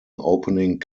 opening